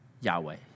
Yahweh